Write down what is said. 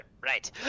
right